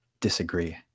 disagree